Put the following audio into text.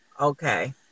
Okay